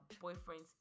boyfriend's